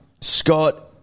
Scott